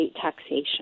taxation